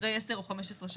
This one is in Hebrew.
אחרי 10 או 15 שנה.